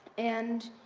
and,